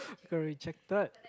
got rejected